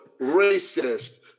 racist